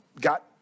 got